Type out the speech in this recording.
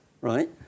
right